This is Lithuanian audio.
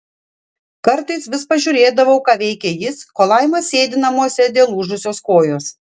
kartais vis pažiūrėdavau ką veikia jis kol laima sėdi namuose dėl lūžusios kojos